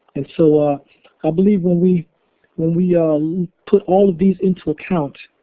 and so ah i believe when we when we um put all of these into account,